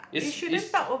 is is